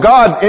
God